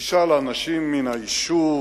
ותשאל אנשים מן היישוב